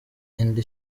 indi